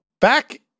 back